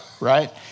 right